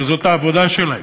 שזאת העבודה שלהם.